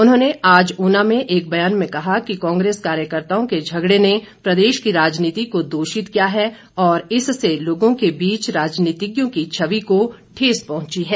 उन्होंने आज ऊना में एक बयान में कहा कि कांग्रेस कार्यकर्ताओं के झगड़े ने प्रदेश की राजनीति को दूषित किया है और इससे लोगों के बीच राजनीतिज्ञों की छवि को ठेस पहुंची है